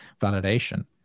validation